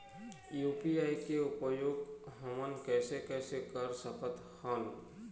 UPI के उपयोग हमन कैसे कैसे कर सकत हन?